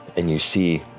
and you see,